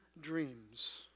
dreams